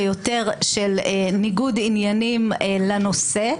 של ניגוד עניינים לנושא.